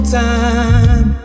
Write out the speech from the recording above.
time